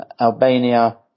Albania